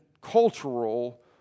cultural